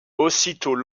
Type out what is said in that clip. aussitôt